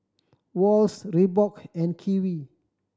Wall's Reebok and Kiwi